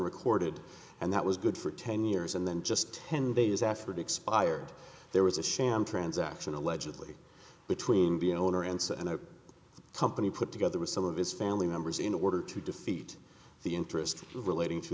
recorded and that was good for ten years and then just ten days after it expired there was a sham transaction allegedly between being owner answer and a company put together with some of his family members in order to defeat the interest relating to